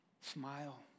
Smile